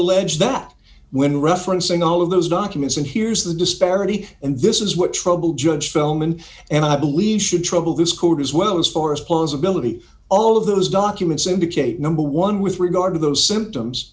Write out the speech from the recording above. allege that when referencing all of those documents and here's the disparity and this is what troubled judge filmon and i believe should trouble this court as well as far as plausibility all of those documents indicate number one with regard to those symptoms